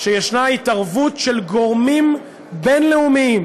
שישנה התערבות של גורמים בין-לאומיים